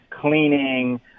cleaning